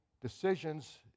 decisions